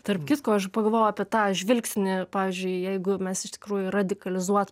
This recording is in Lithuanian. tarp kitko aš pagalvojau apie tą žvilgsnį pavyzdžiui jeigu mes iš tikrųjų radikalizuotume